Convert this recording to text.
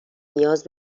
نیاز